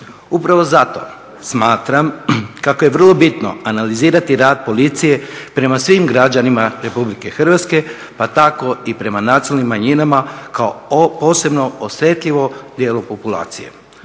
Upravo zato smatram kako je vrlo bitno analizirati rad policije prema svim građanima Republike Hrvatske pa tako i prema nacionalnim manjinama kao posebno osjetljivom dijelu populacije.